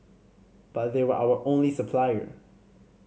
but they were our only supplier